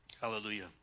Hallelujah